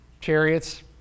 chariots